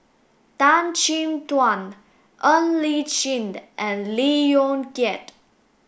Tan Chin Tuan Ng Li Chin the and Lee Yong Kiat